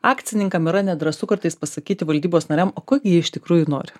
akcininkam yra nedrąsu kartais pasakyti valdybos nariam o ko gi jie iš tikrųjų nori